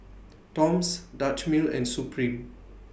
Toms Dutch Mill and Supreme